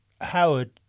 Howard